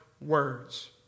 words